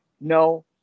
No